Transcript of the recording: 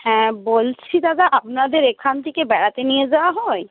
হ্যাঁ বলছি দাদা আপনাদের এখান থেকে বেড়াতে নিয়ে যাওয়া হয়